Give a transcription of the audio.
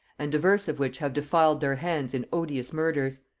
and divers of which have defiled their hands in odious murders.